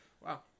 wow